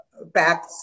back